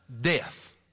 death